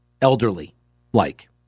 elderly-like